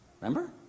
Remember